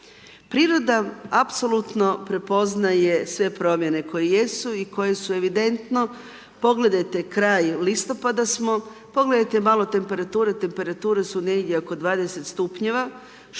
Priroda apsolutno prepoznaje sve promijene koje jesu i koje su evidentno. Pogledajte kraj, listopada smo, pogledajte malo temperature, temperature su negdje oko 20 stupnjeva što i